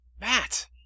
Matt